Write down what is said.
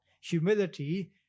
Humility